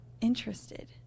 interested